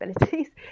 abilities